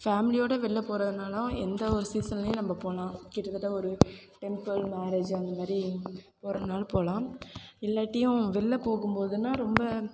ஃபேமிலியோடு வெளில போகிறதுனாலும் எந்த ஒரு சீசன்லேயும் நம்ம போகலாம் கிட்டத்தட்ட ஒரு டெம்பிள் மேரேஜ் அந்தமாதிரி போகிறனாலும் போகலாம் இல்லாட்டியும் வெளில போகும்போதுன்னால் ரொம்ப